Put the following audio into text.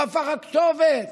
הוא הפך להיות הכתובת.